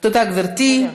תודה, גברתי.